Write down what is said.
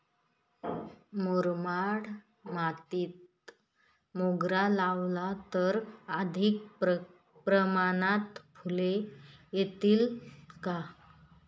मुरमाड मातीत मोगरा लावला तर अधिक प्रमाणात फूले येतील का?